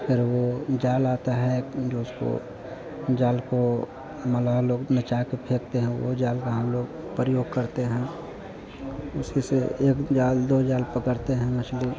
ख़ैर वह जाल आता है एक जो उसको जाल को मलाह लोग नचा के फेंकते हैं वह जाल का हम लोग प्रयोग करते हैं उसी से एक जाल दो जाल पकड़ते हैं मछली